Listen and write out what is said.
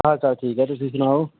ਹਾਂ ਸਭ ਠੀਕ ਹੈ ਤੁਸੀਂ ਸੁਣਾਓ